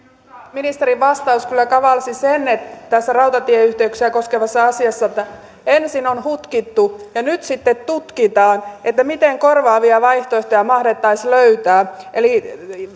ministerin vastaus kyllä kavalsi sen tässä rautatieyhteyksiä koskevassa asiassa että ensin on hutkittu ja nyt sitten tutkitaan miten korvaavia vaihtoehtoja mahdettaisiin löytää eli